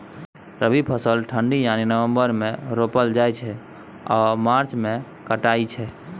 रबी फसल ठंढा यानी नवंबर मे रोपल जाइ छै आ मार्च मे कटाई छै